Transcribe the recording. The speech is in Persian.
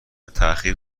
تاخیر